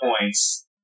points